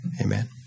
Amen